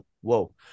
whoa